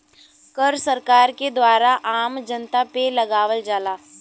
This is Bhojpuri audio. कर सरकार के द्वारा आम जनता पे लगावल जाला